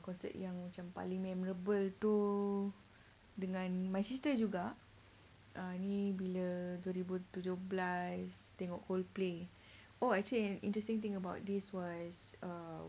concert yang macam paling memorable tu dengan my sister juga ah ni bila dua ribu tujuh belas tengok coldplay oh actually an interesting thing about this was uh